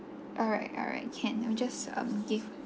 alright alright can let me just um give